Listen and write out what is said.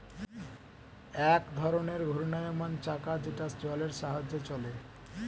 এক ধরনের ঘূর্ণায়মান চাকা যেটা জলের সাহায্যে চলে